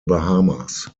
bahamas